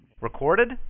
Recorded